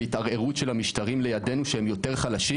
והתערערות של המשטרים לידינו שהם יותר חלשים.